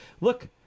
Look